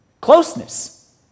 Closeness